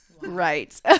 Right